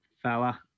Fella